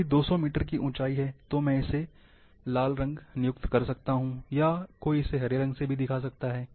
यदि 200 मीटर की ऊँचाई है तो मैं इसे लाल रंग नियुक्त कर सकता हूँ या कोई इसे हरे से दिखा सकता है